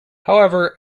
however